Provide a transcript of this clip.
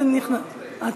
לא.